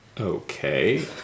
Okay